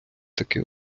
таки